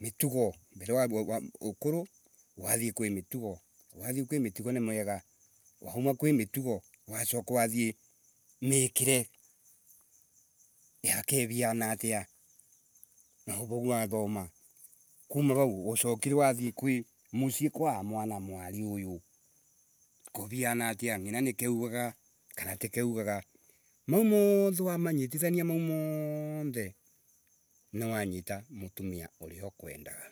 mitugo. Mbere wayaukuru, wathii kwi mitugo ni miega, kwi mitugo wacora wathii kwi miikire yake iviana atia Na vau niwathoma kuma vau, ucokire wathii kwi mucii kwaa mwanamwari, kuviana atia Ngina nike wugaga Kana tike wugaga Mau moothe wamanyitanithia mau mothe niwanyita mutumia uria ukwendaga.